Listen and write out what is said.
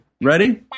Ready